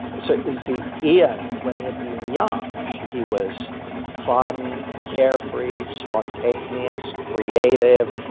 so see, ian, when he had been young, he was fun, carefree, spontaneous creative,